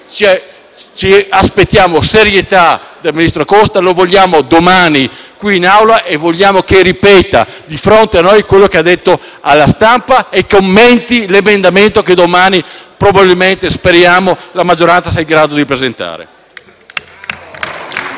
Ci aspettiamo serietà dal ministro Costa. Lo vogliamo domani qui in Aula e vogliamo che ripeta di fronte a noi quello che ha detto alla stampa e commenti l'emendamento che domani probabilmente, speriamo, la maggioranza sarà in grado di presentare.